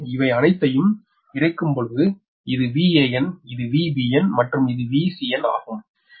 எனவே இவை அனைத்தையும் இனைக்கும்பொழுது இது Van இது Vbn மற்றும் இது Vcn ஆகும்